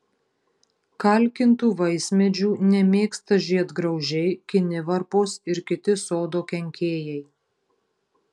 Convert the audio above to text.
kalkintų vaismedžių nemėgsta žiedgraužiai kinivarpos ir kiti sodo kenkėjai